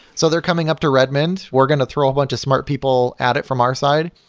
so they're coming up to redmond. we're going to throw a bunch of smart people at it from our side.